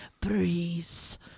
breeze